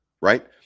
right